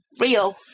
real